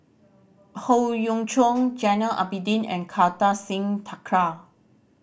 Howe Yoon Chong Abidin and Kartar Singh Thakral